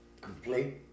Complete